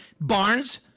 Barnes